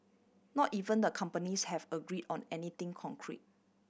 not even the companies have agreed on anything concrete